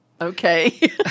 okay